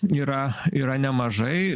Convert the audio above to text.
yra yra nemažai